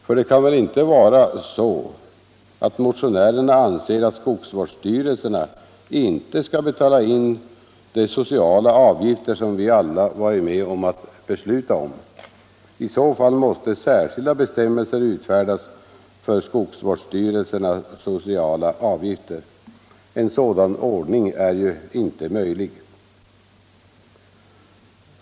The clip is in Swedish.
För det kan väl inte vara så att motionärerna anser att skogsvårdsstyrelserna inte skall betala in de sociala avgifter som vi alla varit med att besluta om? I så fall måste särskilda bestämmelser utfärdas för skogsvårdsstyrelsernas sociala avgifter. En sådan ordning är ju inte möjlig.